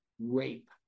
rape